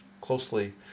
closely